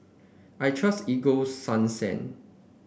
I trust Ego Sunsense